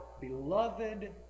beloved